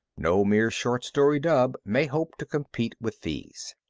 no mere short story dub may hope to compete with these.